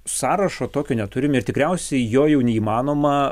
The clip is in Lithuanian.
sąrašo tokio neturime ir tikriausiai jo jau neįmanoma